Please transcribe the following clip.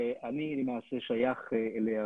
שאני למעשה שייך אליה,